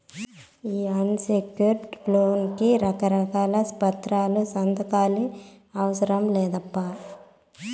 ఈ unsecured loan కి రకారకాల పత్రాలు, సంతకాలే అవసరం లేదప్పా